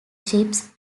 ships